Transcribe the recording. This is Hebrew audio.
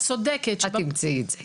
את תמצאי את זה.